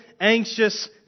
anxious